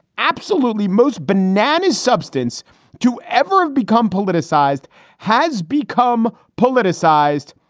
absolutely most bananas substance to ever have become politicized has become politicized.